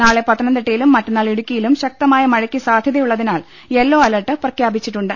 നാളെ പത്തനംതിട്ടയിലും മറ്റന്നാൾ ഇടുക്കിയിലും ശക്തമായ മഴയ്ക്ക് സാധ്യതയുള്ളതിനാൽ യെല്ലോ അലേർട്ട് പ്രഖ്യാപിച്ചിട്ടുണ്ട്